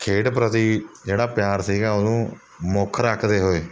ਖੇਡ ਪ੍ਰਤੀ ਜਿਹੜਾ ਪਿਆਰ ਸੀਗਾ ਉਹਨੂੰ ਮੁੱਖ ਰੱਖਦੇ ਹੋਏ